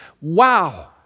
Wow